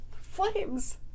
Flames